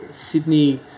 Sydney